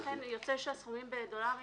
לכן יוצא שהסכומים בדולרים